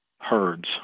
herds